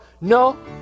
No